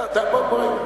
נכון.